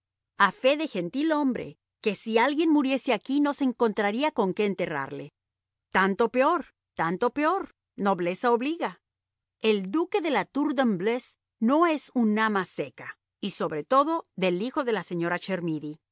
a fe de gentilhombre que si alguien muriese aquí no se encontraría con qué enterrarle tanto peor tanto peor nobleza obliga el duque de la tour de embleuse no es un ama seca y sobre todo del hijo de la señora